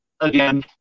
again